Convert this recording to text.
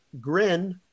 grin